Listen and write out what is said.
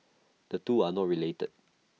the two are not related